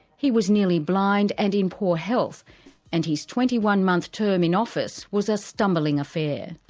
he was nearly blind and in poor health and his twenty one month term in office was a stumbling affair.